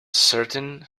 certain